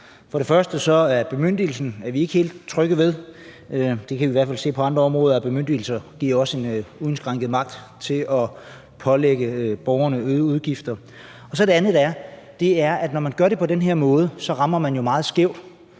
For det første er vi ikke helt trygge ved bemyndigelsen. Vi kan i hvert fald se på andre områder, at bemyndigelser også er en uindskrænket magt til at pålægge borgerne øgede udgifter. Og det andet er, at når man gør det på den her måde, rammer man jo meget skævt.